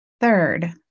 Third